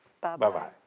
Bye-bye